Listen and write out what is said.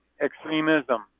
extremism